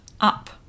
up